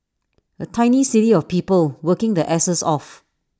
A tiny city of people working their asses off